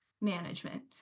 management